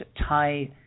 tie